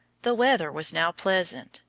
the weather was now pleasant,